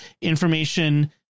information